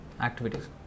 activities